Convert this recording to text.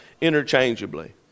interchangeably